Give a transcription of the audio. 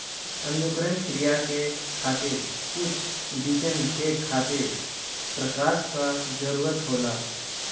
अंकुरण क्रिया के खातिर कुछ बीजन के खातिर प्रकाश क जरूरत होला